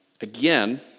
Again